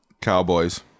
Cowboys